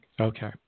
Okay